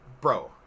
bro